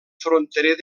fronterer